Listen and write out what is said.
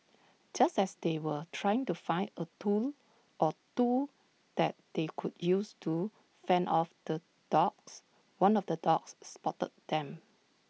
just as they were trying to find A tool or two that they could use to fend off the dogs one of the dogs spotted them